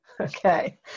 Okay